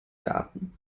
garten